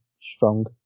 strong